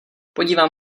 podívám